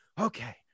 okay